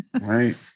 right